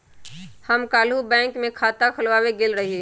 हम काल्हु बैंक में खता खोलबाबे गेल रहियइ